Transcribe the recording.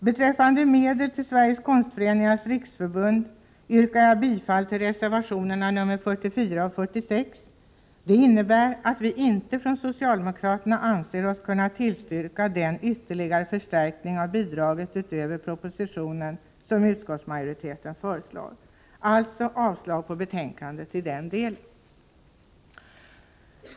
Beträffande medel till Sveriges konstföreningars riksförbund yrkar jag bifall till reservationerna 44 och 46. Detta innebär att vi från socialdemokraterna inte anser oss kunna tillstyrka den ytterligare förstärkning av bidraget, utöver vad som anges i propositionen, som utskottsmajoriteten föreslår. Jag yrkar alltså avslag på utskottets hemställan i denna del.